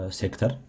sector